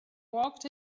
walked